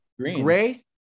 gray